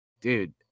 dude